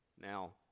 Now